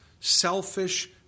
selfish